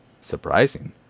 surprising